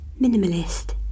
minimalist